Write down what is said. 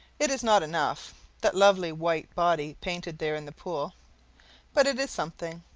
it is not enough that lovely white body painted there in the pool but it is something,